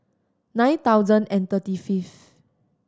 nine thousand and thirty fifth